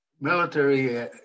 military